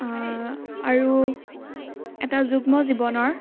আৰু এটা যুগ্ম জীৱনৰ